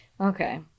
Okay